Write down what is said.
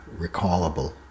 recallable